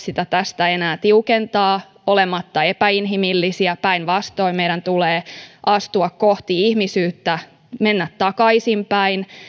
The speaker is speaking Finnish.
sitä tästä enää tiukentaa olematta epäinhimillisiä päinvastoin meidän tulee astua kohti ihmisyyttä mennä takaisinpäin